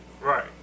Right